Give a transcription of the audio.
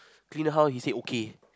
clean the house he said okay